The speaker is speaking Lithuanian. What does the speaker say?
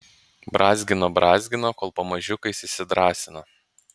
brązgino brązgino kol pamažiukais įsidrąsino